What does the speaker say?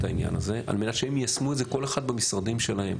העניין הזה על מנת שהם יישמו את זה כל אחד במשרדים שלו.